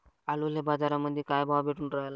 आलूले बाजारामंदी काय भाव भेटून रायला?